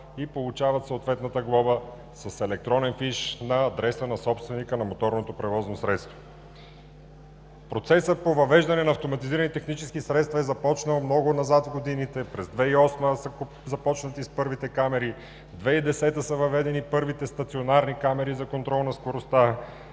и получават съответната глоба с електронен фиш на адреса на собственика на моторното превозно средство. Процесът по въвеждане на автоматизирани технически средства е започнал много назад в годините – през 2008 г., с първите камери. През 2010 г. са въведени първите стационарни камери за контрол на скоростта.